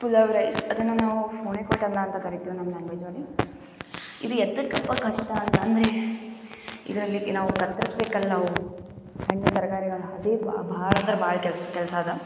pulao rice ಅದನ್ನು ನಾವು ಫೋನೇ ಕೋಟಲ ಅಂತ ಕರಿತೀವಿ ನಮ್ಮ ಲ್ಯಾಂಗ್ವೇಜಲ್ಲಿ ಇದು ಯದಕಪ್ಪಾ ಕಷ್ಟ ಅಂತಂದರೆ ಇದರಲ್ಲಿ ನಾವು ಕತ್ತರಿಸಬೇಕಲ್ಲ ನಾವು ಹಣ್ಣು ತರಕಾರಿಗಳನ್ನ ಹಾಕಿ ಭಾಳಂದ್ರ್ ಭಾಳ್ ಕೆಲ್ಸ ಕೆಲಸದಾ